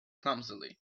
clumsily